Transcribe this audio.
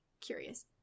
curious